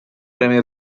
premi